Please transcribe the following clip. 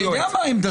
אני יודע מה עמדתך.